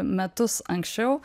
metus anksčiau